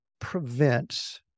prevents